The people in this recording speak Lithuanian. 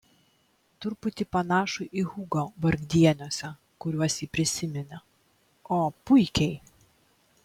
truputį panašų į hugo vargdieniuose kuriuos ji prisiminė o puikiai